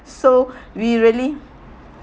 so we really